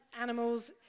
animals